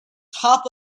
top